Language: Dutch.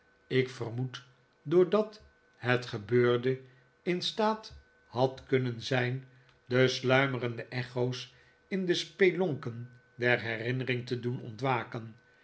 ik vermoed doordat het gebeurde in staat had kunnen zijn de sluimerende echo's in de spelonken der herinnering te doen ontwaken